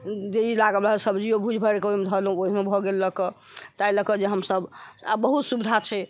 देरी लागल रहल तऽ सब्जियो भूजि भाजिके ओइमे धऽ देलहुँ ओहिमे भऽ गेल लअ के तैं लअ के जे हमसब आब बहुत सुविधा छै